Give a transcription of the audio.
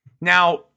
Now